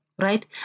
right